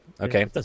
Okay